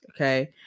Okay